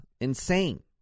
insane